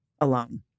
alone